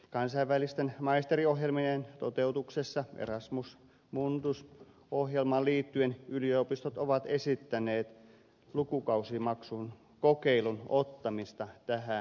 kansainvälisten maisteriohjelmien toteutuksessa erasmus mundus ohjelmaan liittyen yliopistot ovat esittäneet lukukausimaksun kokeilun ottamista tähän lakiin